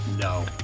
No